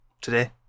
Today